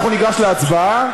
אנחנו ניגש להצבעה.